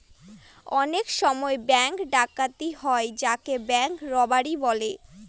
অনেক সময় ব্যাঙ্ক ডাকাতি হয় যাকে ব্যাঙ্ক রোবাড়ি বলে